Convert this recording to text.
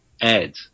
Ed